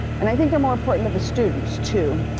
and i think they're more important to the students, too.